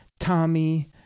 Tommy